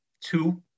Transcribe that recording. two